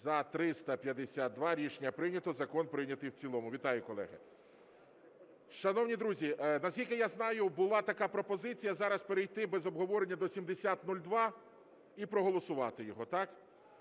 За-352 Рішення прийнято. Закон прийнятий в цілому. Вітаю, колеги. Шановні друзі, наскільки я знаю, була така пропозиція зараз перейти без обговорення до 7002 і проголосувати його, так?